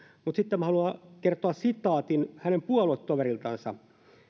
haluan kertoa sitaatin hänen puoluetoveriltansa